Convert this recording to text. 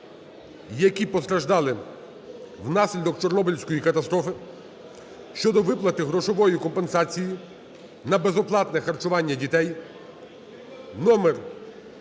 які постраждали внаслідок Чорнобильської катастрофи" (щодо виплати грошової компенсації на безоплатне харчування дітей) (№